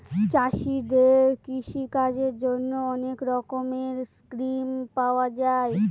চাষীদের কৃষিকাজের জন্যে অনেক রকমের স্কিম পাওয়া যায়